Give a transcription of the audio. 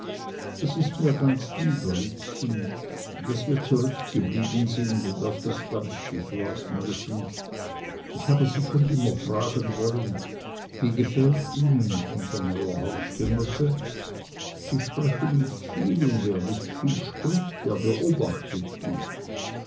es ist mir ganz lieb riekchen daß wir zurückgeblieben sind und auf das dampfschiff warten müssen ich habe sie schon immer fragen wollen wie gefällt ihnen unser neuer hausgenosse sie sprechen nicht viel und wer nicht viel spricht der beobachtet gut